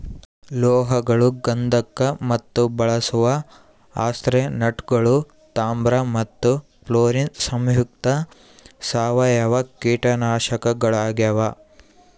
ಲೋಹಗಳು ಗಂಧಕ ಮತ್ತು ಬಳಸುವ ಆರ್ಸೆನೇಟ್ಗಳು ತಾಮ್ರ ಮತ್ತು ಫ್ಲೋರಿನ್ ಸಂಯುಕ್ತ ಸಾವಯವ ಕೀಟನಾಶಕಗಳಾಗ್ಯಾವ